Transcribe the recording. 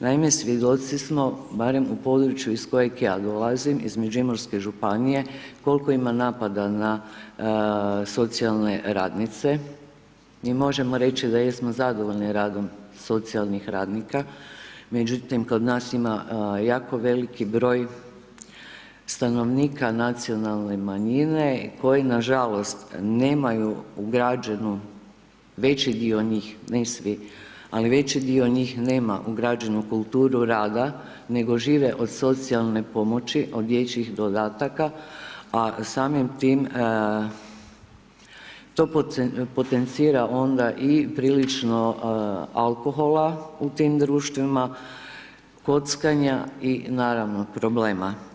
Naime, svjedoci smo barem u području iz kojeg ja dolazim iz Međimurske županije kolko ima napada na socijalne radnice i možemo reći da jesmo zadovoljni radom socijalnih radnika međutim kod nas ima jako veliki broj stanovnika nacionalne manjine koji nažalost nemaju ugrađenu, veći dio njih, ne svi, ali veći dio njih nema ugrađenu kulturu rada nego žive od socijalne pomoći od dječjih dodataka, a samim tim to potencira onda i prilično alkohola u tim društvima, kockanja i naravno problema.